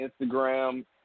Instagram